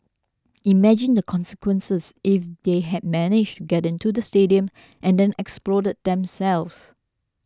imagine the consequences if they had managed to get into the stadium and then exploded themselves